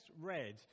read